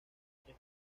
tres